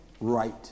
right